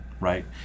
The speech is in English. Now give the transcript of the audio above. right